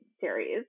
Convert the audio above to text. series